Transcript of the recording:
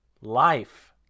life